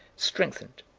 strengthened.